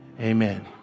amen